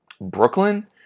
Brooklyn